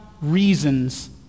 reasons